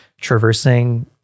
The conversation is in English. traversing